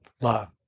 love